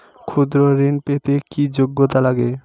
ক্ষুদ্র ঋণ পেতে কি যোগ্যতা লাগে?